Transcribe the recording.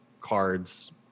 cards